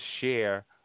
share